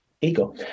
ego